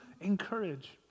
encourage